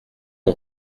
mon